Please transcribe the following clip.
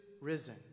risen